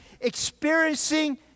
experiencing